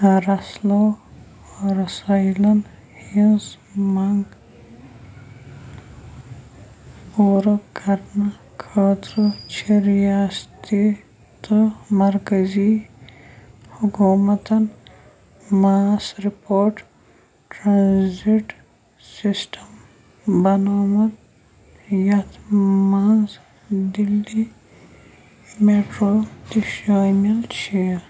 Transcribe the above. رَسلو رسٲیِلَن ہِنٛز منٛگ پوٗرٕ کرنہٕ خٲطرٕ چھِ رِیاستی تہٕ مرکزی حکوٗمتَن ماس رِپوٹ ٹرٛانزِٹ سِسٹم بَنومُت یَتھ منٛز دِلی میٹرو تہِ شٲمِل چھِ